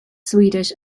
swedish